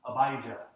Abijah